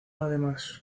además